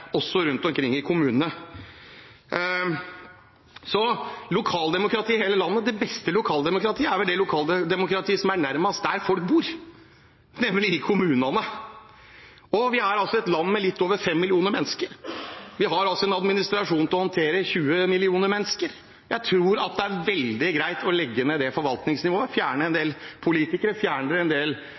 rundt omkring i kommunene. Det beste lokaldemokratiet er vel det lokaldemokratiet som er nærmest der folk bor, nemlig i kommunene. Vi er et land med litt over fem millioner mennesker og har en administrasjon til å håndtere tjue millioner mennesker. Jeg tror det er veldig greit å legge ned det forvaltningsnivået, fjerne en del politikere,